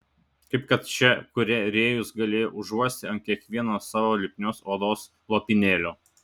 kaip kad šią kurią rėjus galėjo užuosti ant kiekvieno savo lipnios odos lopinėlio